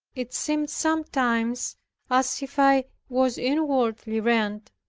it seemed sometimes as if i was inwardly rent,